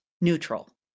neutral